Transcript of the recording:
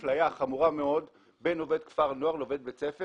אפליה חמורה מאוד בין עובד כפר נוער לבין עובד בית ספר.